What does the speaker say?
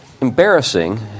embarrassing